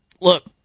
look